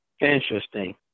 interesting